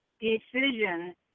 decision